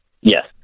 Yes